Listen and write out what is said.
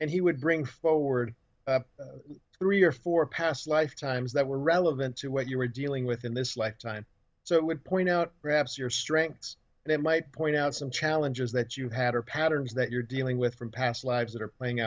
and he would bring forward three or four past life times that were relevant to what you were dealing with in this lifetime so it would point out perhaps your strengths and it might point out some challenges that you had or patterns that you're dealing with from past lives that are playing